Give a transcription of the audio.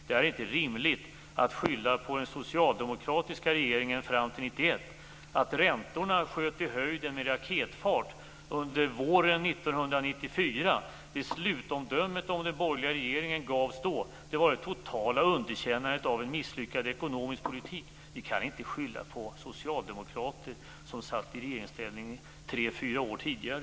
Det är inte rimligt att skylla på den socialdemokratiska regeringen fram till 1991. Räntorna sköt i höjden med raketfart under våren 1994. Det slutomdöme om den borgerliga regeringen som gavs då var ett totalt underkännande av en misslyckad ekonomisk politik. Ni kan inte skylla på socialdemokrater som satt i regeringsställning tre fyra år tidigare.